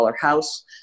house